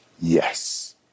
yes